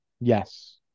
yes